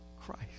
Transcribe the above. Christ